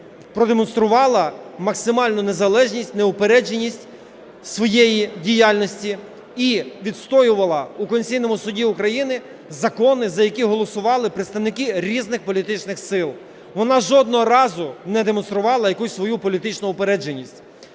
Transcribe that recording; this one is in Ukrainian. продемонструвала максимальну незалежність, неупередженість своєї діяльності. І відстоювала у Конституційному Суді України закони, за які голосували представники різних політичних сил. Вона жодного разу не демонструвала якусь свою політичну упередженість.